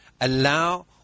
allow